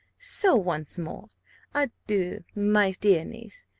so once more adieu, my dear niece!